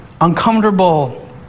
uncomfortable